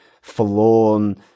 forlorn